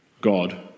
God